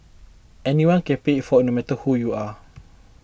anyone can pay it forward no matter who you are